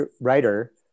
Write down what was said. writer